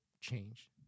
change